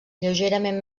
lleugerament